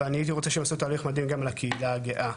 אבל אני הייתי רוצה שיעשו תהליך מדהים גם לקהילה הגאה,